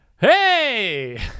Hey